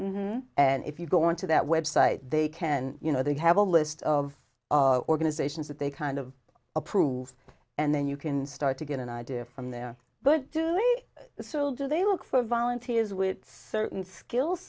and if you go into that website they can you know they have a list of organizations that they kind of approved and then you can start to get an idea from there but still do they look for volunteers with certain skill